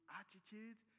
attitude